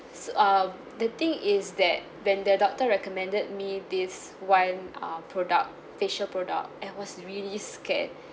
so uh the thing is that when the doctor recommended me this one uh product facial product I was really scared